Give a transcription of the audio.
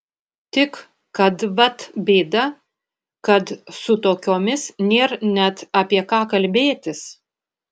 tik kad vat bėda kad su tokiomis nėr net apie ką kalbėtis